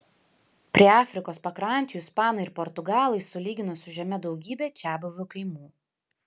prie afrikos pakrančių ispanai ir portugalai sulygino su žeme daugybę čiabuvių kaimų